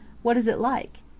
what is it like?